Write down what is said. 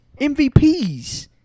MVPs